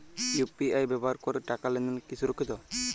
UPI ব্যবহার করে টাকা লেনদেন কি সুরক্ষিত?